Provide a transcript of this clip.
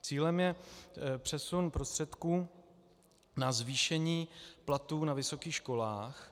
Cílem je přesun prostředků na zvýšení platů na vysokých školách.